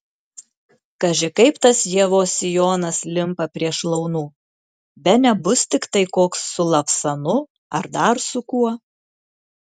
kaži kaip tas ievos sijonas limpa prie šlaunų bene bus tiktai koks su lavsanu ar dar su kuo